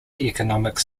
economic